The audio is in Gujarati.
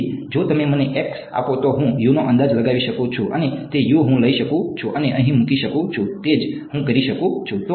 તેથી જો તમે મને આપો તો હું નો અંદાજ લગાવી શકું છું અને તે હું લઈ શકું છું અને અહીં મૂકી શકું છું તે જ હું કરી શકું છું